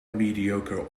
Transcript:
mediocre